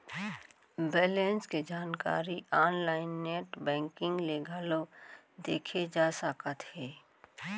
balance के जानकारी online net banking ले घलौ देखे जा सकत हे